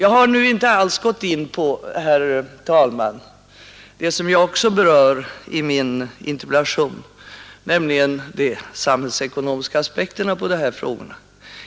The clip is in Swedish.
Jag har nu inte alls gått in på en sak som jag berört i min interpellation, och det är de samhällsekonomiska aspekterna på dessa frågor.